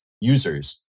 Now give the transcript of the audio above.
users